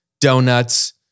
donuts